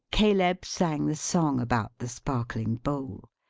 caleb sang the song about the sparkling bowl!